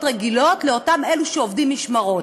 בשעות רגילות לאלו שעובדים במשמרות.